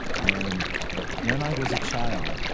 and when i was a child,